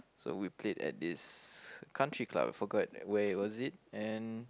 so we played at this country club forgot where was it and